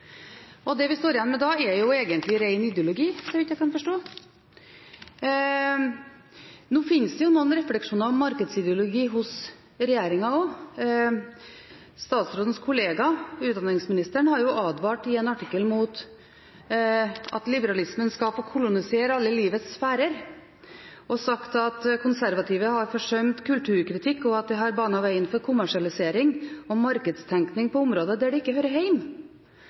Det vi står igjen med da, er egentlig ren ideologi, så vidt jeg kan forstå. Nå fins det noen refleksjoner om markedsideologi hos regjeringen også. Statsrådens kollega utdanningsministeren har advart i en artikkel mot at «liberalismen skal få kolonisere alle livets sfærer», og sagt at «konservative har forsømt kulturkritikken», og at det «har banet vei for kommersialisering og markedstenkning på områder hvor det ikke hører